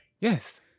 Yes